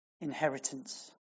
inheritance